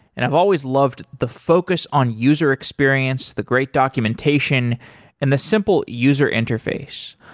and i've always loved the focus on user experience, the great documentation and the simple user interface.